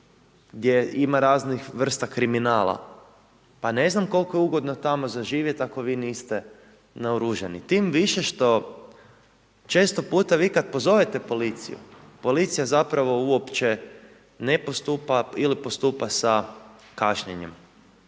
gdje ima raznih vrsta kriminala pa ne znam koliko je ugodno tamo za živjet ako vi niste naoružani. Tim više što često puta vi kad pozovete policiju, policija zapravo uopće ne postupa ili postupa sa kašnjenjem.